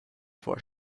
for